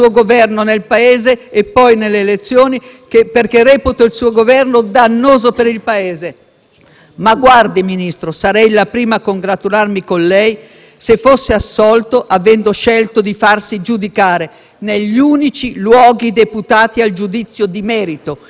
ma guardi, Ministro, sarei la prima a congratularmi con lei se fosse assolto avendo scelto di farsi giudicare negli unici luoghi deputati al giudizio di merito, i tribunali, così come prevedono la nostra Costituzione, le nostre regole, le nostre leggi.